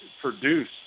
produce